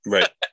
Right